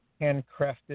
handcrafted